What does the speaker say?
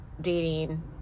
dating